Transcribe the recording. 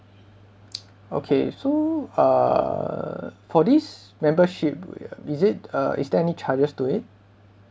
okay so uh for this membership is it uh is there any charges to it